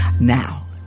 Now